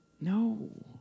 No